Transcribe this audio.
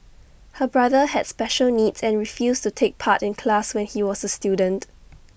her brother had special needs and refused to take part in class when he was A student